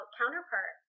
counterpart